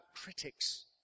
critics